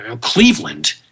Cleveland